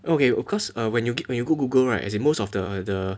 okay because uh when you go Google right as in most of the the